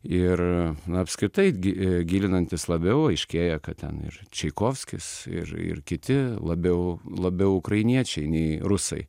ir apskritai gi gilinantis labiau aiškėja kad ten ir čaikovskis ir ir kiti labiau labiau ukrainiečiai nei rusai